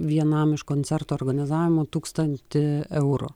vienam iš koncerto organizavimo tūkstantį eurų